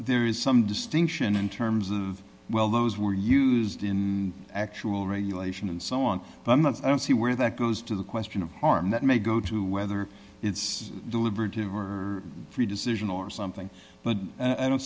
there is some distinction in terms of well those were used in actual regulation and so on but i don't see where that goes to the question of harm that may go to whether it's deliberative or free decision or something but i don't